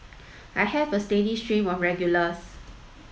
I have a steady stream of regulars